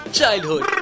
Childhood